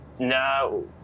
No